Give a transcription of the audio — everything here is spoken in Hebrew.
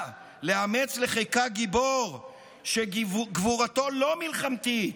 לאמץ לחיקה גיבור / שגבורתו לא מלחמתית,